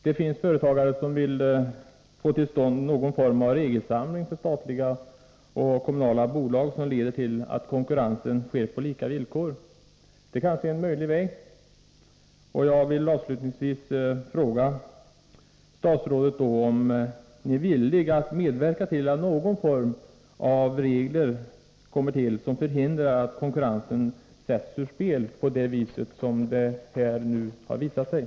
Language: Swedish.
Det finns företagare som vill få till stånd någon form av regelsamling för statliga och kommunala bolag som leder till att konkurrensen sker på lika villkor. Det kan vara en möjlig väg. Jag vill avslutningsvis fråga om statsrådet är villig att medverka till att någon form av regler införs som förhindrar att konkurrensen sätts ur spel på det sätt som nu har skett.